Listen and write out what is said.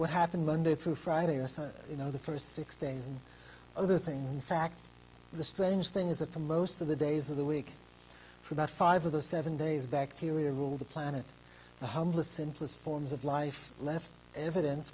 what happened monday through friday you know the st six days and other things in fact the strange thing is that the most of the days of the week for about five of the seven days bacteria ruled the planet the humblest simplest forms of life left evidence